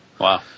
Wow